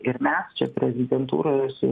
ir mes čia prezidentūroje su